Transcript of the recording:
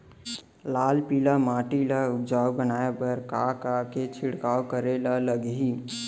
लाल पीली माटी ला उपजाऊ बनाए बर का का के छिड़काव करे बर लागही?